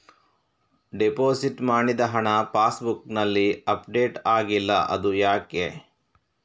Deposit ಮಾಡಿದ ಹಣ pass ಬುಕ್ನಲ್ಲಿ ಅಪ್ಡೇಟ್ ಆಗಿಲ್ಲ ಅದು ಯಾಕೆ?